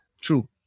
True